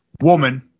woman